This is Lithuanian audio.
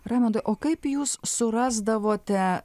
raimondai o kaip jūs surasdavote